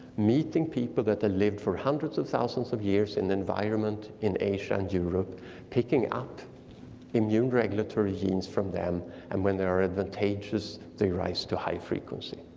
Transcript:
meeting people that had lived for hundreds of thousands of years in the environment in asia and europe picking up immune regulatory genes from them and when they are advantageous, they rise to high frequency.